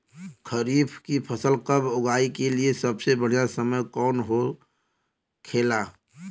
खरीफ की फसल कब उगाई के लिए सबसे बढ़ियां समय कौन हो खेला?